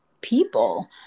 people